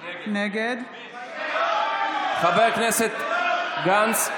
נגד --- חבר הכנסת גנץ?